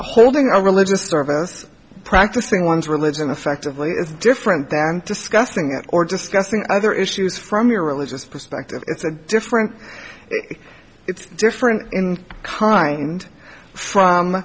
holding a religious service practicing one's religion effectively is different than discussing it or discussing other issues from your religious perspective it's a different it's different in kind